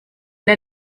der